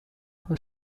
who